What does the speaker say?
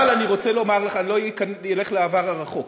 אבל אני רוצה לומר לך, אני לא אלך לעבר הרחוק: